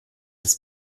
des